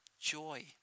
joy